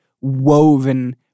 woven